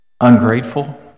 Ungrateful